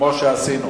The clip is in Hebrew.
כמו שעשינו